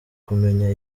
kumenya